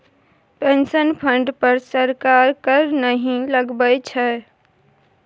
pension fund पर सरकार कर नहि लगबै छै